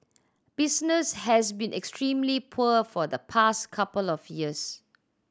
business has been extremely poor for the past couple of years